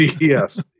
Yes